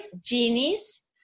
genies